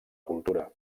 cultura